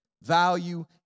value